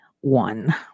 one